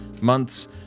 months